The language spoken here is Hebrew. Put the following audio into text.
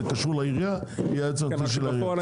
קשור לעירייה יהיה היועץ המשפטי של העירייה.